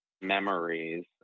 memories